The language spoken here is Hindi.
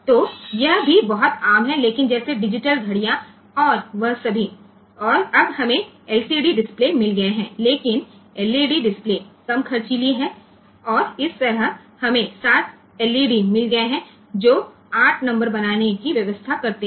तो यह भी बहुत आम है लेकिन जैसे डिजिटल घड़ियों और वह सभी अब हमें एलसीडी डिस्प्ले मिल गए हैं लेकिन एलईडी डिस्प्ले कम खर्चीली हैं और इस तरह हमें 7 एलईडी मिल गए हैं जो 8 नंबर बनाने की व्यवस्था करते है